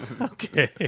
Okay